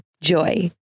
Joy